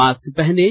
mask पहनें